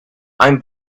i’m